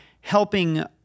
helping